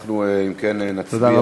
אם כן, אנחנו נצביע